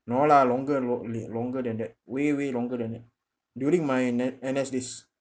no lah longer lon~ li~ longer than that way way longer than that during my na~ N_S days